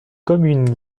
communes